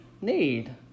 need